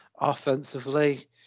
offensively